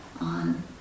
on